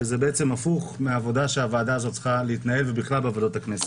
זה בעצם הפוך מהעבודה שהוועדה הזאת צריכה להתנהל ובכלל בעבודות הכנסת.